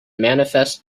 manifest